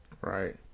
Right